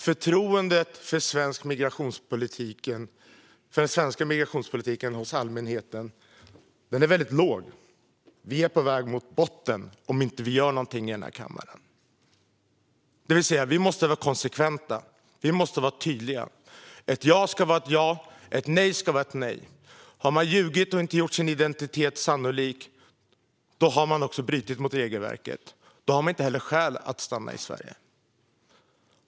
Förtroendet för den svenska migrationspolitiken hos den svenska allmänheten är väldigt lågt. Vi är på väg mot botten om vi inte gör någonting i den här kammaren. Vi måste vara konsekventa. Vi måste vara tydliga. Ett ja ska vara ett ja, och ett nej ska vara ett nej. Har man ljugit och inte gjort sin identitet sannolik har man också brutit mot regelverket, och då har man inte heller skäl att stanna i Sverige.